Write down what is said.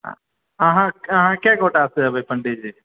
अहाँ अहाँ कए गोटासे एबै पंडीजी